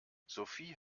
sophie